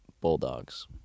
Bulldogs